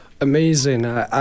Amazing